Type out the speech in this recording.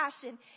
passion